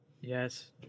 Yes